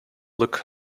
look